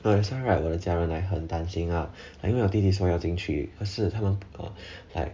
so right 我的家人 like 很担心 ah like 因为我的弟弟说要进去可是他们 uh like